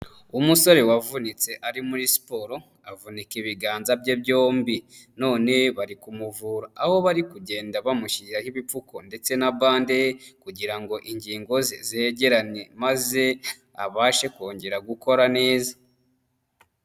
Umusore wavunitse ari muri siporo, avunika ibiganza bye byombi, none bari kumuvura, aho bari kugenda bamushyiriraho ibipfuko ndetse na bande kugirango ingingo ze zegerane maze abashe kongera gukora neza.